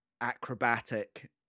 acrobatic